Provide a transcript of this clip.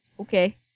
Okay